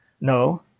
No